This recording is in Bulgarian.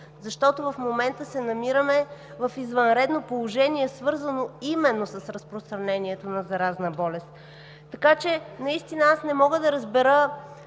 защото в момента се намираме в извънредно положение, свързано именно с разпространението на заразна болест, така че наистина аз не мога да разбера